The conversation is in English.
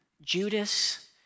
Judas